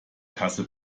kasse